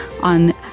on